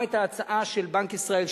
לקחתי גם את ההצעה של בנק ישראל,